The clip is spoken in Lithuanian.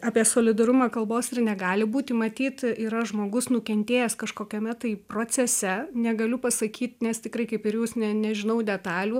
apie solidarumą kalbos ir negali būti matyt yra žmogus nukentėjęs kažkokiame tai procese negaliu pasakyt nes tikrai kaip ir jūs ne nežinau detalių